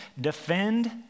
defend